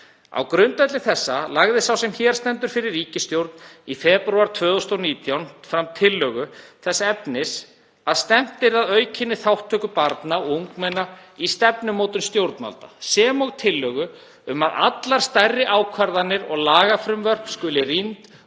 Á grundvelli þessa lagði sá sem hér stendur fyrir ríkisstjórn í febrúar 2019 tillögu þess efnis að stefnt yrði að aukinni þátttöku barna og ungmenna í stefnumótun stjórnvalda sem og tillögu um að allar stærri ákvarðanir og lagafrumvörp skuli rýnd